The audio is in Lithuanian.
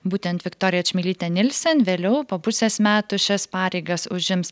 būtent viktorija čmilytė nilsen vėliau po pusės metų šias pareigas užims